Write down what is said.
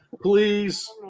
Please